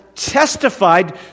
testified